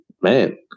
Man